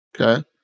Okay